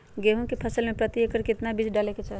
गेहूं के फसल में प्रति एकड़ कितना बीज डाले के चाहि?